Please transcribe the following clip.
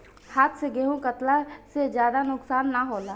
हाथ से गेंहू कटला से ज्यादा नुकसान ना होला